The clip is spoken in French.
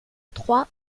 trois